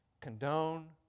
condone